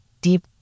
deep